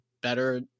better